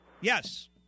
Yes